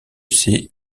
ses